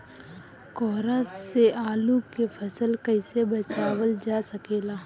कोहरा से आलू के फसल कईसे बचावल जा सकेला?